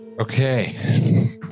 okay